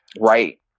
Right